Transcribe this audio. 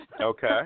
Okay